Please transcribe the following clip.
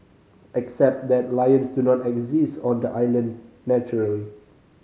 except that lions do not exist on the island naturally